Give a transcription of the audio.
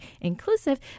inclusive